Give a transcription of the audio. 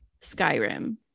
Skyrim